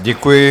Děkuji.